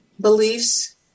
beliefs